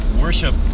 Worship